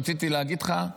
רציתי להגיד לך,